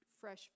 fresh